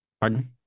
Pardon